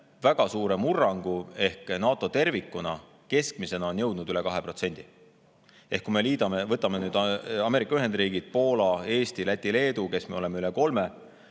väga suure murrangu ehk NATO tervikuna keskmisena on jõudnud üle 2%. Kui me liidame, võttes kokku Ameerika Ühendriigid, Poola, Eesti, Läti, Leedu, kes me oleme üle 3%,